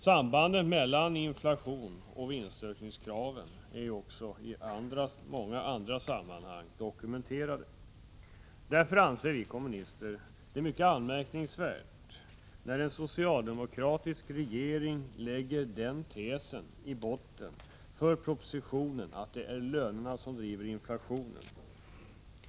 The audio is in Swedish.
Sambanden mellan inflation och vinstökningskrav är också i många andra sammanhang dokumenterade. Därför anser vi kommunister det mycket anmärkningsvärt att den socialdemokratiska regeringen i botten för propositionen lägger tesen att det är lönerna som driver inflationen.